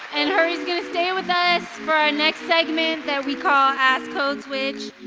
and hari's going to stay with us for our next segment that we call ask code switch.